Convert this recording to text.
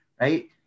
right